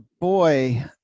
boy